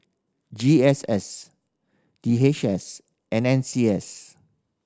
G S S D H S and N C S